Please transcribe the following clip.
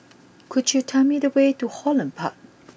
could you tell me the way to Holland Park